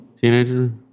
Teenager